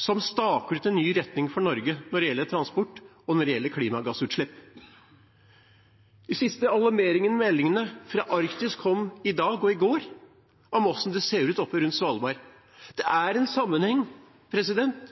som staker ut en ny retning for Norge – når det gjelder transport, og når det gjelder klimagassutslipp. De siste alarmerende meldingene fra Arktis kom i dag og i går, om hvordan det ser ut rundt Svalbard. Det